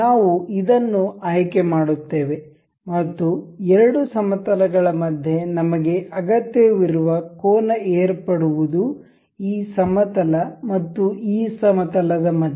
ನಾವು ಇದನ್ನು ಆಯ್ಕೆ ಮಾಡುತ್ತೇವೆ ಮತ್ತು ಎರಡು ಸಮತಲಗಳ ಮಧ್ಯೆ ನಮಗೆ ಅಗತ್ಯವಿರುವ ಕೋನ ಏರ್ಪಡುವದು ಈ ಸಮತಲ ಮತ್ತು ಈ ಸಮತಲದ ಮಧ್ಯೆ